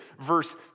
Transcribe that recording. Verse